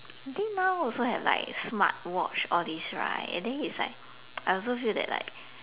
I think now also have like smart watch all this right and then is like I also feel that like